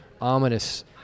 ominous